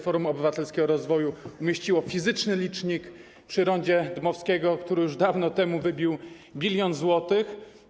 Forum Obywatelskiego Rozwoju umieściło fizyczny licznik przy rondzie Dmowskiego, który już dawno temu wybił 1 bln zł.